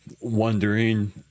wondering